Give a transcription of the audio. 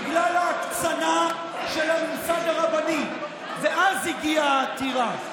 בגלל ההקצנה של הממסד הרבני, ואז הגיעה העתירה.